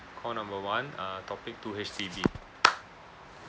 call number one uh topic two H_D_B